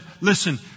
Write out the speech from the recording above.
Listen